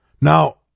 Now